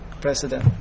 president